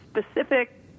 specific